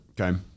okay